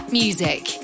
Music